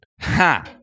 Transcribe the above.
Ha